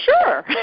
Sure